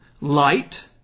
Light